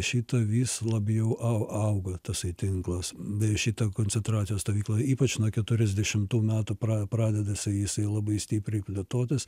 šita vis labiau au auga tasai tinklas šita koncentracijos stovykla ypač nuo keturiasdešimtų metų pra pradeda jisai labai stipriai plėtotis